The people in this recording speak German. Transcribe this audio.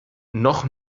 noch